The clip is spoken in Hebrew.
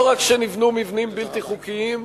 לא רק שנבנו מבנים בלתי חוקיים,